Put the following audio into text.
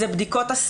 זה בדיקות השיער,